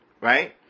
right